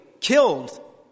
killed